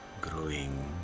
growing